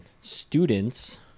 students